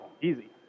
easy